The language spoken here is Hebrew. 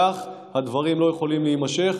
כך הדברים לא יכולים להימשך.